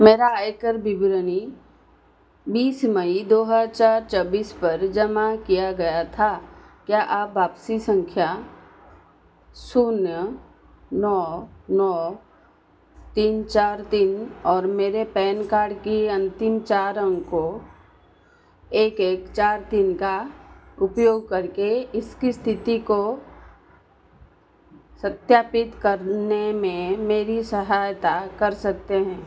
मेरा आयकर विवरणी बीस मई दो हज़ार चौबीस पर जमा किया गया था क्या आप वापसी संख्या शून्य नौ नौ तीन चार तीन और मेरे पैन कार्ड के अन्तिम चार अंकों एक एक चार तीन का उपयोग करके इसकी स्थिति को सत्यापित करने में मेरी सहायता कर सकते हैं